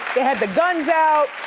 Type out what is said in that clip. they had the guns out,